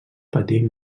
patir